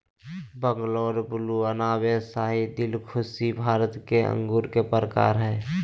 Bangalore blue, अनाब ए शाही, दिलखुशी भारत में अंगूर के प्रकार हय